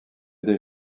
des